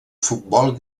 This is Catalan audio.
futbol